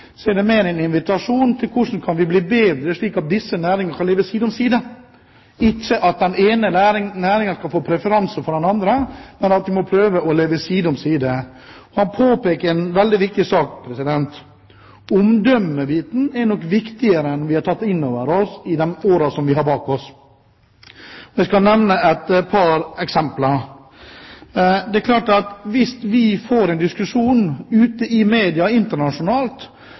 er det mer en invitasjon til hvordan vi kan bli bedre, slik at disse næringene kan leve side om side – ikke at den ene næringen skal få preferanse, men at vi må prøve å leve side om side. Man påpeker noe veldig viktig. Omdømmebiten er nok viktigere enn vi har tatt inn over oss i de årene vi har bak oss. Jeg skal nevne et par eksempler. Det er klart at hvis vi får en diskusjon i media internasjonalt